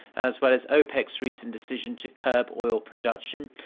as well as opec's recent decision to curb oil production.